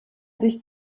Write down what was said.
sich